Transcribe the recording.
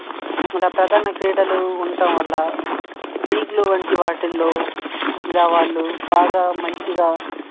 ఇలా ప్రధాన క్రీడలు ఉండటం వల్ల లీగ్లు వంటి వాటిల్లో ఇలా వాళ్ళు బాగా మంచిగా